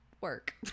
work